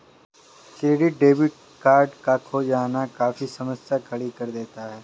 credit debit card का खो जाना काफी समस्या खड़ी कर देता है